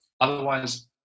Otherwise